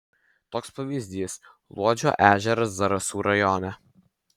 toks pavyzdys luodžio ežeras zarasų rajone